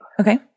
Okay